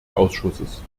ausschusses